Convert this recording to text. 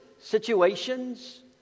situations